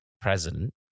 President